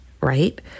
right